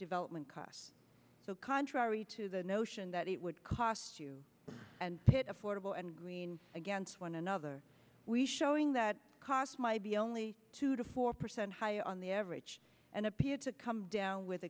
development costs so contrary to the notion that it would cost you and pit affordable and green against one another we showing that cost might be only two to four percent high on the average and appeared to come down with